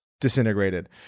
disintegrated